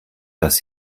dass